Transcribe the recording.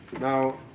Now